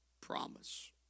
promise